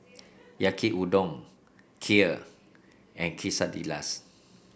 Yaki Udon Kheer and quesadillas